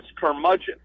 curmudgeon